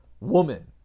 Woman